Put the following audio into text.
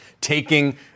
taking